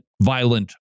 violent